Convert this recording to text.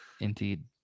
Indeed